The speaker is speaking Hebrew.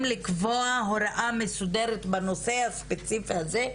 לקבוע הוראה מסודרת בנושא הספציפי הזה,